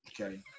okay